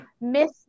miss